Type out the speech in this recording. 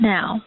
Now